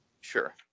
Sure